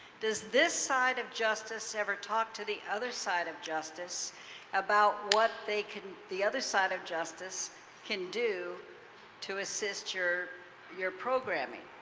does this side of justice ever talk to the other side of justice about what they the other side of justice can do to assist your your programming?